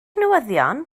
newyddion